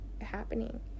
happening